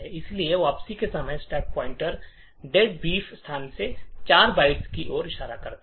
इसलिए वापसी के समय स्टैक पॉइंटर डेडबीफ स्थान से 4 बाइट की ओर इशारा करता है